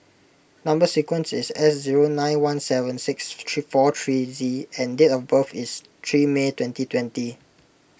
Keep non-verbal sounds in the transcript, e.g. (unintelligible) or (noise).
Number Sequence is S zero nine one seven six (unintelligible) four three Z and date of birth is three May twenty twenty